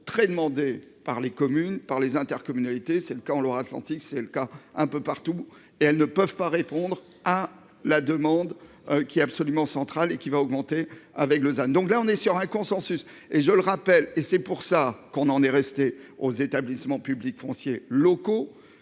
très demandés par les communes, par les intercommunalités. C'est le cas en Loire-Atlantique, c'est le cas un peu partout et elles ne peuvent pas répondre à la demande qui est absolument centrale et qui va augmenter avec Lausanne. Donc là on est sur un consensus et je le rappelle et c'est pour ça qu'on en est resté aux établissements publics fonciers locaux